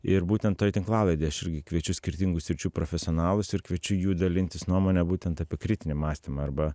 ir būtent toj tinklalaidėj aš irgi kviečiu skirtingų sričių profesionalus ir kviečiu jų dalintis nuomone būtent apie kritinį mąstymą arba